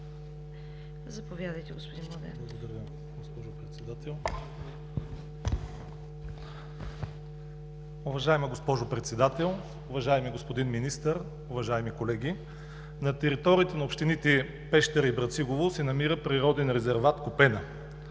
Заповядайте, господин Младенов.